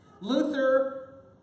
Luther